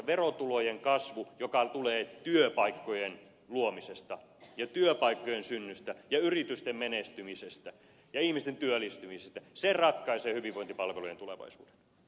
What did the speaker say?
verotulojen kasvu joka tulee työpaikkojen luomisesta ja työpaikkojen synnystä ja yritysten menestymisestä ja ihmisten työllistymisestä ratkaisee hyvinvointipalvelujen tulevaisuuden